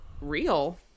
real